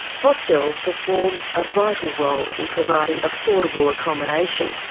hostels perform a vital role in providing affordable accommodation,